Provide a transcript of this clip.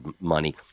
money